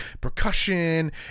percussion